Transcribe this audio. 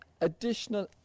additional